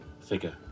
figure